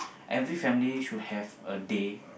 every family should have a day